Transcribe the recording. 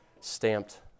stamped